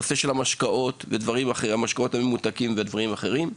כמו שהיה בקשר למשקאות ממותקים ולדברים אחרים.